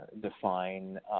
define